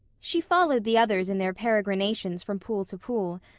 she followed the others in their peregrinations from pool to pool,